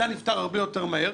זה היה נפתר הרבה יותר מהר.